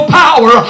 power